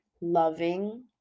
loving